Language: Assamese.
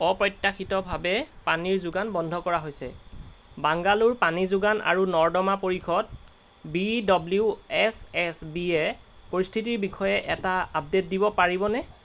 অপ্ৰত্যাশিতভাৱে পানীৰ যোগান বন্ধ কৰা হৈছে বাংগালোৰ পানী যোগান আৰু নৰ্দমা পৰিষদ B W S S B এ পৰিস্থিতিৰ বিষয়ে এটা আপডেট দিব পাৰিবনে